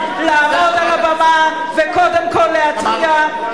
לעמוד על הבמה וקודם כול להתריע,